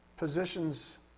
Positions